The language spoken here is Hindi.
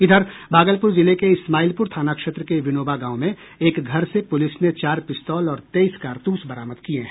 इधर भागलपुर जिले के इस्माइलपुर थाना क्षेत्र के विनोबा गांव में एक घर से पूलिस ने चार पिस्तौल और तेईस कारतूस बरामद किए हैं